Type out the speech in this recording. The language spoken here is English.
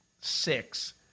six